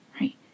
right